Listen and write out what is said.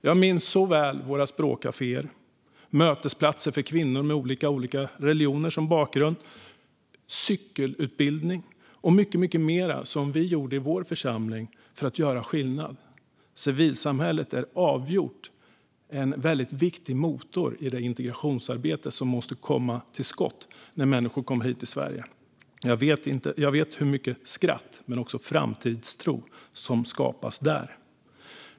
Jag minns så väl våra språkkaféer, mötesplatser för kvinnor med bakgrund i olika religioner, vår cykelutbildning och mycket mer som vi gjorde i vår församling för att göra skillnad. Civilsamhället är avgjort en väldigt viktig motor i det integrationsarbete som måste komma till skott när människor kommer hit till Sverige. Jag vet hur mycket skratt men också framtidstro som skapas där.